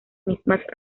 mismas